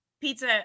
pizza